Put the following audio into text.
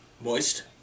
moist